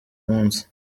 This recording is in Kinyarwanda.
munsi